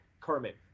Kermit